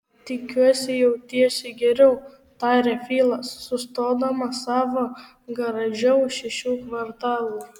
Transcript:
tikiuosi jautiesi geriau tarė filas sustodamas savo garaže už šešių kvartalų